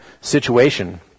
situation